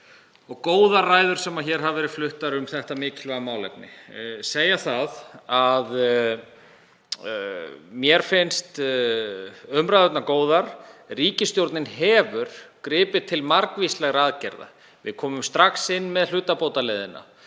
og góðar ræður sem hér hafa verið fluttar um þetta mikilvæga málefni. Mér finnast umræðurnar góðar. Ríkisstjórnin hefur gripið til margvíslegra aðgerða. Við komum strax inn með hlutabótaleiðina